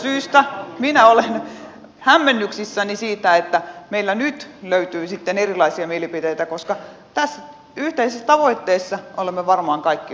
tästä syystä minä olen hämmennyksissäni siitä että meillä nyt löytyi sitten erilaisia mielipiteitä koska yhteisestä tavoitteesta olemme varmaan kaikki olleet samaa mieltä